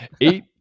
Eight